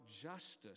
justice